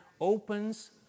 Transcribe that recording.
opens